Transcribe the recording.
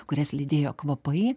kurias lydėjo kvapai